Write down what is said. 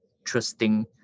interesting